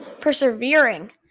persevering